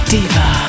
Diva